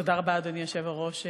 תודה רבה, אדוני היושב-ראש.